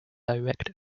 direct